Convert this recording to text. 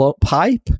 pipe